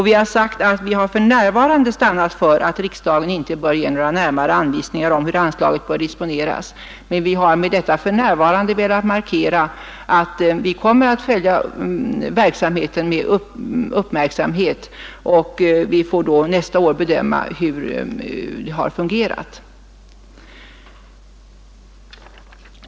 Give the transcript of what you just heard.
Vi har för närvarande stannat för att riksdagen inte bör ge några närmare anvisningar om hur anslaget bör disponeras, men vi har med orden ”för närvarande” velat markera att vi kommer att följa verksamheten med uppmärksamhet och nästa år får bedöma hur den har fungerat.